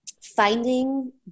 finding